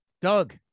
doug